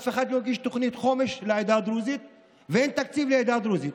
אף אחד לא הגיש תוכנית חומש לעדה הדרוזית ואין תקציב לעדה הדרוזית,